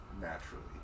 naturally